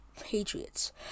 Patriots